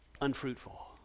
unfruitful